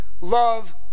love